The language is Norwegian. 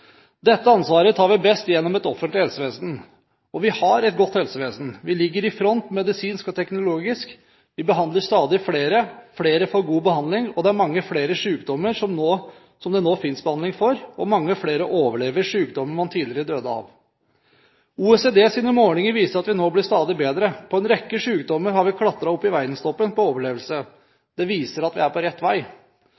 Dette ansvaret tar vi best gjennom et offentlig helsevesen, og vi har et godt helsevesen. Vi ligger i front medisinsk og teknologisk. Vi behandler stadig flere, og flere får god behandling. Det er mange flere sykdommer som det nå finnes behandling for, og mange flere overlever sykdommer man tidligere døde av. OECDs målinger viser at vi nå blir stadig bedre. Når det gjelder en rekke sykdommer, har vi klatret opp i verdenstoppen med hensyn til overlevelse. Det viser at vi er på